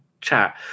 Chat